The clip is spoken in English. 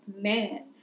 man